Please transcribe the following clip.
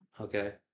Okay